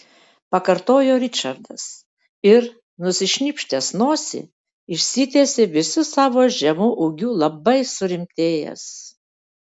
pakartojo ričardas ir nusišnypštęs nosį išsitiesė visu savo žemu ūgiu labai surimtėjęs